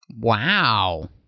Wow